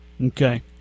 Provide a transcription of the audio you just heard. Okay